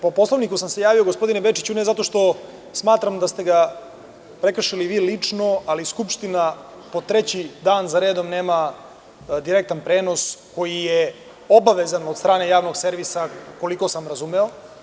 Po Poslovniku sam se javio gospodine Bečiću, ne zato što smatram da ste ga prekršili vi lično, ali Skupština po treći dan za redom nema direktan prenos koji je obavezan od strane Javnog servisa, koliko sam razumeo.